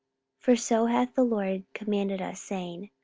for so hath the lord commanded us, saying,